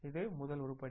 இது முதல் உருப்படி